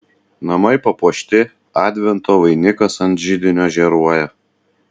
namai papuošti advento vainikas ant židinio žėruoja